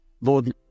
Lord